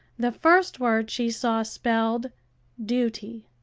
the first word she saw spelled duty.